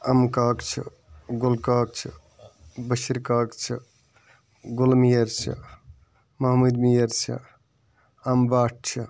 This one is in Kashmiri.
اَمہٕ کاک چھُ گُلہٕ کاک چھُ بٔشیٖر کاک چھُ گُلہٕ میٖر چھُ مَحمٕدۍ میٖر چھُ اَمہٕ بٹ چھُ